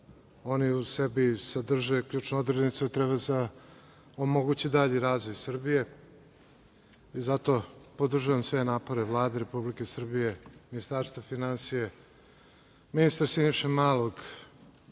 oni u sebi sadrže ključnu odrednicu interesa da se omogući dalji razvoj Srbije i zato podržavam sve napore Vlade Republike Srbije, Ministarstva finansija, ministra Siniše Malog,